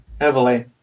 heavily